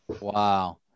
Wow